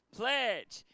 pledge